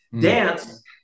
Dance